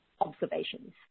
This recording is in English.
observations